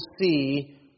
see